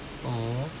!aww!